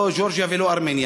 לא גאורגיה ולא ארמניה.